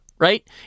right